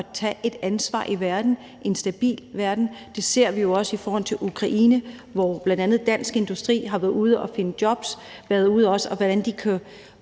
at tage et ansvar i verden og få en stabil verden. Det ser vi jo også i forhold til Ukraine, hvor bl.a. Dansk Industri har været ude og finde jobs og også været ude og